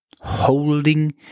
holding